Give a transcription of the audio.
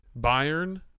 Bayern